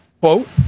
Quote